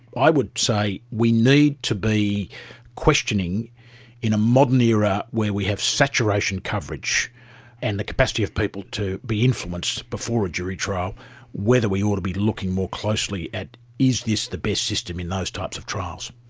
i would say we need to be questioning in a modern era where we have saturation coverage and the capacity of people to be influenced before a jury trial whether we ought to be looking more closely at is this the best system in those types of trials.